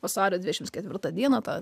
vasario dvidešimt ketvirtą dieną tą